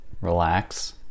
relax